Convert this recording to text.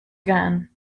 again